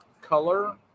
Color